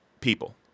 people